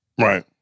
right